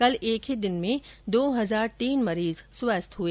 कल एक ही दिन में दो हजार तीन मरीज स्वस्थ हुए